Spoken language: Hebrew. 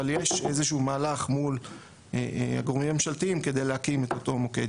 אבל יש איזשהו מהלך מול הגורמים הממשלתיים כדי להקים את אותו מוקד